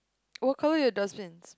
what colour are your dustbins